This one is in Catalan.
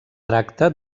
tracta